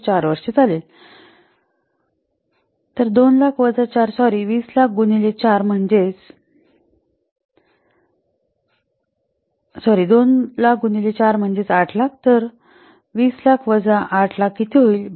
तर 4 वर्षे चालेल तर 200000 वजा 4 सॉरी 200000 गुणिले 4 म्हणजेच 800000 तर 2000000 वजा 800000 किती होईल